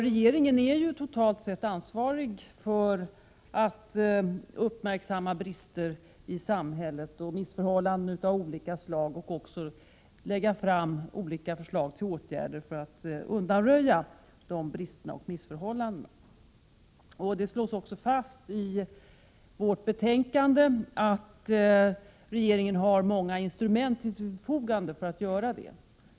Regeringen är ju totalt sett ansvarig när det gäller att uppmärksamma brister och missförhållanden av olika slag i samhället och har även ansvar för att lägga fram olika förslag till åtgärder för att undanröja dessa brister och missförhållanden. I konstitutionsutskottets betänkande slås också fast att regeringen har många instrument till sitt förfogande för att göra detta.